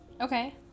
Okay